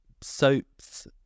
soaps